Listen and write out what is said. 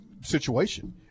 situation